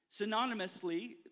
synonymously